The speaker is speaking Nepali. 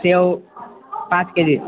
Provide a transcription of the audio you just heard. स्याउ पाँच केजी